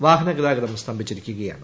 വാഹന ഗതാഗതം സ്തംഭിച്ചിരിക്കുകയാണ്